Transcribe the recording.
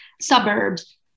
suburbs